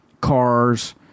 cars